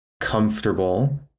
comfortable